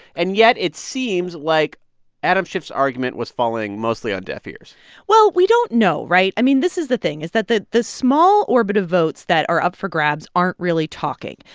and yet, it seems like adam schiff's argument was falling mostly on deaf ears well, we don't know, right? i mean, this is the thing is that the the small orbit of votes that are up for grabs aren't really talking.